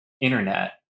internet